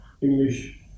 English